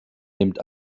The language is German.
nimmt